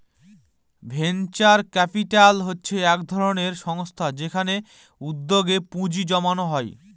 venture capital হচ্ছে এক ধরনের সংস্থা যেখানে উদ্যোগে পুঁজি জমানো হয়